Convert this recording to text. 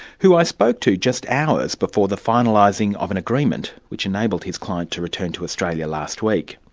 who i spoke to just hours before the finalising of an agreement which enabled his client to return to australia last week.